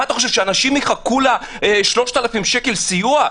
אתה חושב שאנשים יחכו ל-3,000 שקל סיוע?